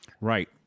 Right